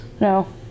No